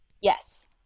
Yes